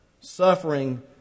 Suffering